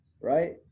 Right